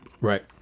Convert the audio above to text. Right